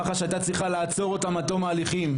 מח"ש הייתה צריכה לעצור אותם עד תום ההליכים,